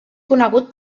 conegut